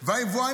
והיבואנים,